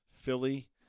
Philly